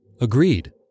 Agreed